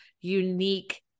unique